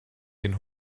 den